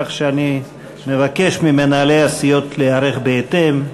כך שאני מבקש ממנהלי הסיעות להיערך בהתאם,